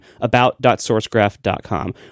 about.sourcegraph.com